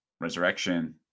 resurrection